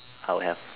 I'll have